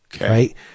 right